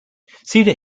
cedar